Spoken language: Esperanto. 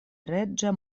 reĝa